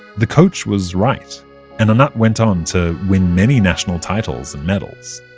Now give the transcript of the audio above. the coach was right and anat went on to win many national titles and medals.